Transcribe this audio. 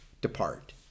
depart